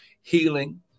healing